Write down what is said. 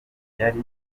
yari